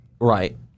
right